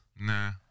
Nah